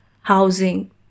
housing